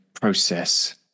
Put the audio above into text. process